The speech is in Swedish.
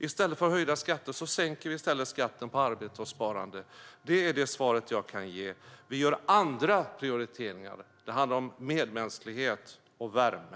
I stället för höjda skatter vill vi i stället sänka skatten på arbete och sparande. Det är det svar jag kan ge. Vi gör andra prioriteringar. Det handlar om medmänsklighet och värme.